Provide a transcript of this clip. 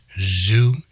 Zoo